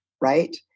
right